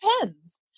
depends